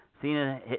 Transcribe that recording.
Cena